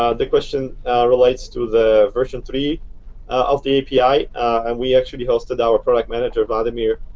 ah the question relates to the version three of the api. and we actually hosted our product manager, vladimir,